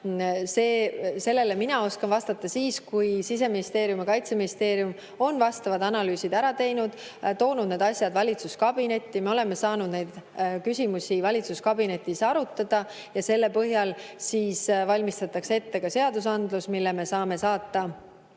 oskan mina vastata siis, kui Siseministeerium ja Kaitseministeerium on vastavad analüüsid ära teinud, toonud need valitsuskabinetti, me oleme saanud neid küsimusi valitsuskabinetis arutada ja selle põhjal siis ette valmistada seadusandluse, mille me saame saata